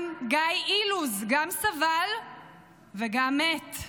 גם גיא אילוז גם סבל וגם מת,